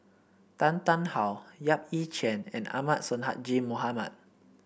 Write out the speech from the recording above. Tan Tarn How Yap Ee Chian and Ahmad Sonhadji Mohamad